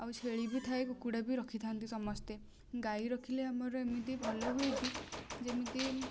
ଆଉ ଛେଳି ବି ଥାଏ କୁକୁଡ଼ା ବି ରଖିଥାନ୍ତି ସମସ୍ତେ ଗାଈ ରଖିଲେ ଆମର ଏମିତି ଭଲ ହୁଏ କି ଯେମିତି